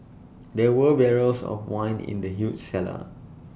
there were barrels of wine in the huge cellar